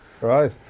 right